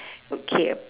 okay